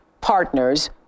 partners